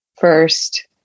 first